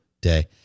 Day